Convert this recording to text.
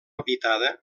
habitada